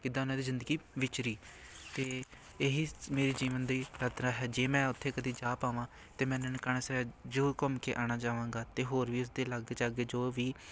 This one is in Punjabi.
ਕਿੱਦਾਂ ਉਹਨਾਂ ਦੀ ਜ਼ਿੰਦਗੀ ਵਿਚਰੀ ਅਤੇ ਇਹੀ ਮੇਰੇ ਜੀਵਨ ਦੀ ਯਾਤਰਾ ਹੈ ਜੇ ਮੈਂ ਉੱਥੇ ਕਦੇ ਜਾ ਪਾਵਾਂ ਅਤੇ ਮੈਂ ਨਨਕਾਣਾ ਸਾਹਿਬ ਜ਼ਰੂਰ ਘੁੰਮ ਕੇ ਆਉਣਾ ਚਾਹਵਾਂਗਾ ਅਤੇ ਹੋਰ ਵੀ ਉਸਦੇ ਲਾਗੇ ਚਾਗੇ ਜੋ ਵੀ